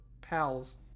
pals